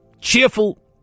cheerful